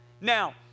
Now